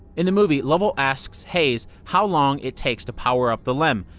in the movie, lovell asks haise how long it takes to power up the lem.